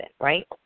right